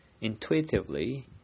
Intuitively